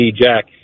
jack